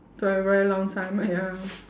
for a very long time ya